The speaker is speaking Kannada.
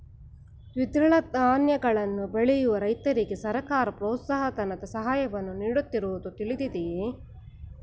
ದ್ವಿದಳ ಧಾನ್ಯಗಳನ್ನು ಬೆಳೆಯುವ ರೈತರಿಗೆ ಸರ್ಕಾರ ಪ್ರೋತ್ಸಾಹ ಧನದ ಸಹಾಯವನ್ನು ಮಾಡುತ್ತಿರುವುದು ತಿಳಿದಿದೆಯೇ?